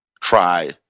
try